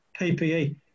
PPE